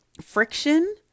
friction